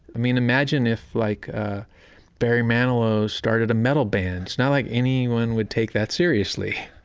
i mean, imagine if like barry manilow started a metal band. it's not like anyone would take that seriously,